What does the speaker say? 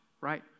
right